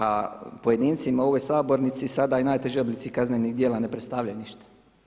A pojedincima u ovoj sabornici sada i najteži oblici kaznenih djela ne predstavljaju ništa.